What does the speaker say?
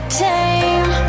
tame